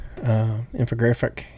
infographic